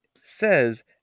says